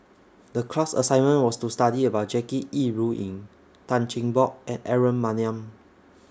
The class assignment was to study about Jackie Yi Ru Ying Tan Cheng Bock and Aaron Maniam